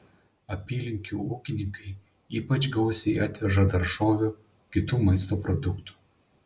apylinkių ūkininkai ypač gausiai atveža daržovių kitų maisto produktų